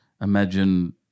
imagine